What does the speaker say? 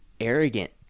arrogant